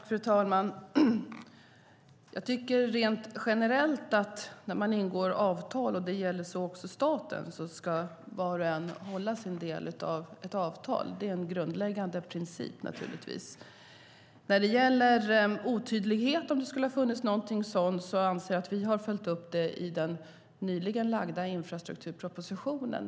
Fru talman! Jag tycker rent generellt att när man ingår avtal - det gäller också staten - ska var och en hålla sin del av avtalet. Det är en grundläggande princip, naturligtvis. När det gäller otydlighet, om det skulle ha funnits någon sådan, anser jag att vi har följt upp det i den nyligen framlagda infrastrukturpropositionen.